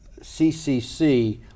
CCC